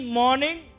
morning